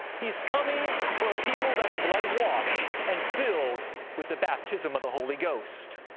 he's coming for a people that are blood-washed and filled with the baptism of the holy ghost.